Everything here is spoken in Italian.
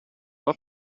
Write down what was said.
alla